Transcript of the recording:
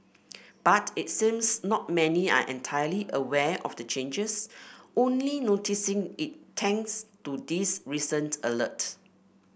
but it seems not many are entirely aware of the changes only noticing it thanks to this recent alert